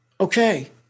okay